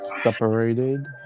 separated